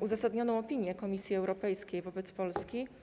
uzasadnioną opinię Komisji Europejskiej wobec Polski.